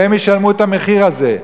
והם ישלמו את המחיר הזה.